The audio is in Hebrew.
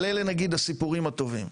אבל אלה נגיד הסיפורים הטובים,